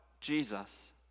Jesus